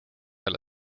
ole